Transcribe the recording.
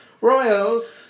Royals